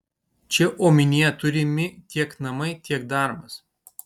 čia omenyje turimi tiek namai tiek darbas